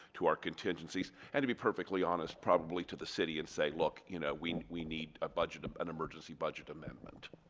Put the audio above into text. to our contingencies and to be perfectly honest probably to the city and say look you know we we need a budget of an emergency budget amendment.